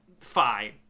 fine